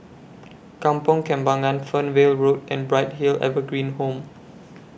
Kampong Kembangan Fernvale Road and Bright Hill Evergreen Home